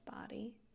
body